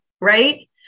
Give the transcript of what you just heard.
right